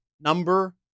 number